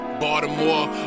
Baltimore